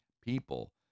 people